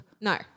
No